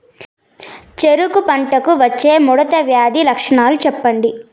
చెరుకు పంటకు వచ్చే ముడత వ్యాధి లక్షణాలు చెప్పండి?